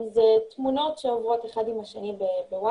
אם זה תמונות שעוברות מאחד לשני בווטאסאפ,